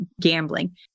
gambling